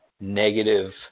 negative